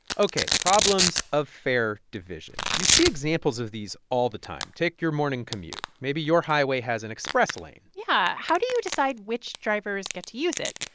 ok. problems of fair division you see examples of these all the time. take your morning commute. maybe your highway has an express lane yeah. how do you decide which drivers get to use it?